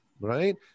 right